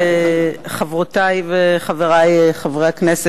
חברותי וחברי חברי הכנסת,